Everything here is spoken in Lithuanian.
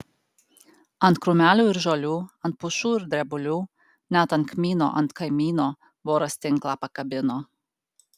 ant krūmelių ir žolių ant pušų ir drebulių net ant kmyno ant kaimyno voras tinklą pakabino